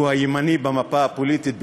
שהוא הימני במפה הפוליטית בישראל,